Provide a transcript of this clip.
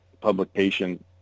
publication